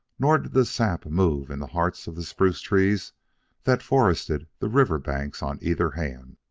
nor did the sap move in the hearts of the spruce trees that forested the river banks on either hand.